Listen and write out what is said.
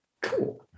Cool